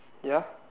ya